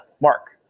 Mark